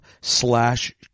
slash